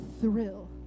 thrill